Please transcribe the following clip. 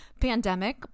pandemic